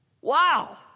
Wow